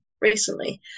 recently